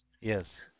Yes